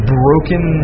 broken